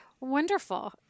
Wonderful